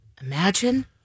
Imagine